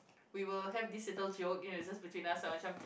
we will have this little joke you know it's just between us ah macam